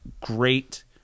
great